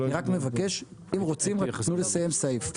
אני רק מבקש, אם רוצים, רק תתנו לסיים סעיף.